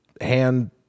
hand